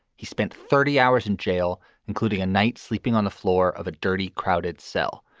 he spent thirty hours in jail, including a night sleeping on the floor of a dirty, crowded cell.